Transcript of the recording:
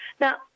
Now